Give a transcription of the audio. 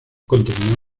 contenía